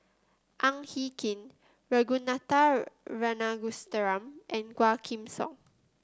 Ang Hin Kee Ragunathar Kanagasuntheram and Quah Kim Song